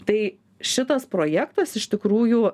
tai šitas projektas iš tikrųjų